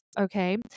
Okay